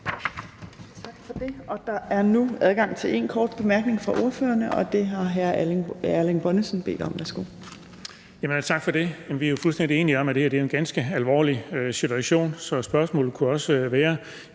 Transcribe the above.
Tak for det. Der er nu adgang til én kort bemærkning fra ordførerne, og det har hr. Erling Bonnesen bedt om. Værsgo. Kl. 15:52 Erling Bonnesen (V): Tak for det. Vi er jo fuldstændig enige om, at det her er en ganske alvorlig situation, så spørgsmålet kunne også være,